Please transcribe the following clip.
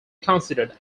considered